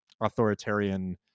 authoritarian